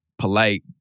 polite